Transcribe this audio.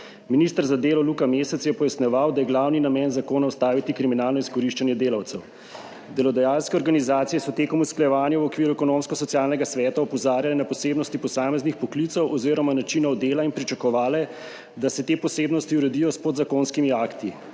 Minister za delo Luka Mesec je pojasnjeval, da je glavni namen zakona ustaviti kriminalno izkoriščanje delavcev. Delodajalske organizacije so med usklajevanjem v okviru Ekonomsko-socialnega sveta opozarjale na posebnosti posameznih poklicev oziroma načinov dela in pričakovale, da se te posebnosti uredijo s podzakonskimi akti.